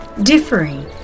differing